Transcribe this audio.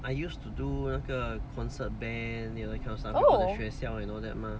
oh